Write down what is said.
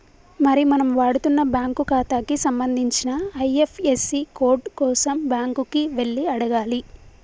మరి మనం వాడుతున్న బ్యాంకు ఖాతాకి సంబంధించిన ఐ.ఎఫ్.యస్.సి కోడ్ కోసం బ్యాంకు కి వెళ్లి అడగాలి